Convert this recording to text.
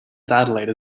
satellite